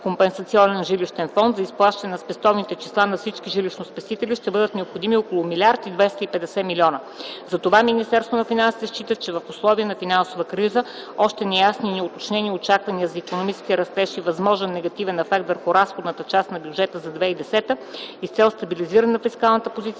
компенсационен жилищен фонд за изплащане спестовните числа на всички жилищни спестители ще бъдат необходими около 1 млрд. 250 млн. лв. Затова Министерството на финансите счита, че в условията на финансова криза, още неясни и неуточнени очаквания за икономическия растеж и възможен негативен ефект върху разходната част на бюджета за 2010 г. и с цел стабилизиране на фискалната позиция,